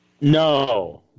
No